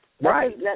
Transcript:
Right